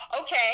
okay